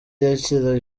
yakira